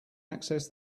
access